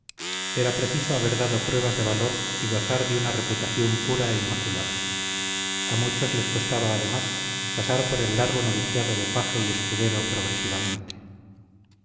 era preciso haber dado pruebas de valor y gozar de una reputación pura e inmaculada a muchos les costaba además pasar por el largo noviciado de paje y escudero progresivamente